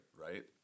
right